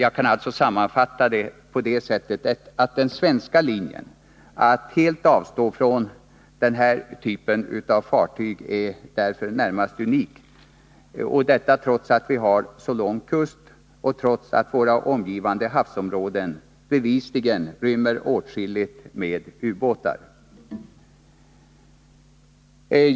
Jag kan alltså sammanfatta det hela på det sättet, att den svenska linjen att helt avstå från den typen av fartyg i det närmaste är unik, trots att vi har så långa kuster och trots att våra omgivande havsområden bevisligen rymmer åtskilligt med ubåtar.